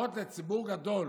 לפחות ציבור גדול